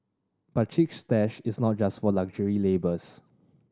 but Chic Stash is not just for luxury labels